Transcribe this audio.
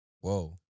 Whoa